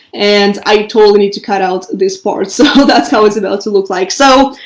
and i totally need to cut out this part. so that's how it's about to look like so.